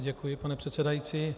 Děkuji, pane předsedající.